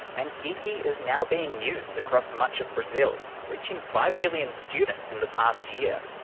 and geekie is now being used across much of brazil, reaching five million students in the past year.